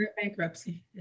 bankruptcy